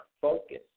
focus